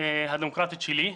הדמוקרטית שלי,